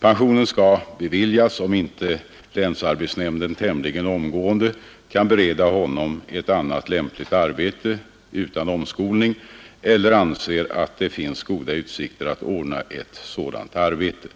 Pensionen skall beviljas om inte länsarbetsnämnden tämligen omgående kan bereda honom ett annat lämpligt arbete utan omskolning eller anser att det finns goda utsikter att ordna ett sådant arbete.